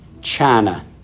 China